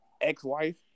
ex-wife